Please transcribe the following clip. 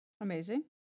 Amazing